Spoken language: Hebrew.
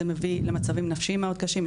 זה מביא למצבים נפשיים מאוד קשים,